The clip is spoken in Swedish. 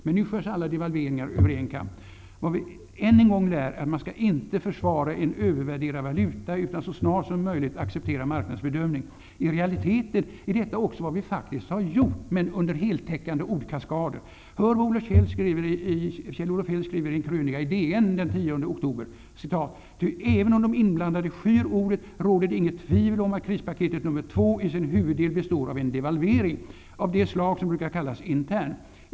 Men nu skärs alla devalveringar över en kam. Vad vi än en gång lär är att man inte skall försvara en övervärderad valuta utan så snart som möjligt acceptera marknadens bedömning. I realiteten är detta också vad vi faktiskt har gjort, men under heltäckande ordkaskader. Hör vad Kjell-Olof Feldt skriver i en krönika i DN den l0 oktober: ''Ty även om de inblandade skyr ordet, råder det inget tvivel om att krispaketet nummer två i sin huvuddel består av en devalvering -- av det slag som brukar kallas `intern`.